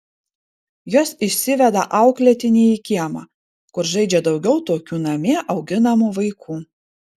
jos išsiveda auklėtinį į kiemą kur žaidžia daugiau tokių namie auginamų vaikų